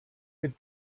with